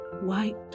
white